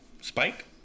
Spike